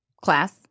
class